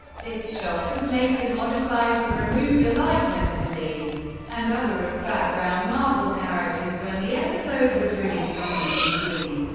this shot was later modified to remove the likeness of lee and other of background marvel characters when the episode was released on dvd.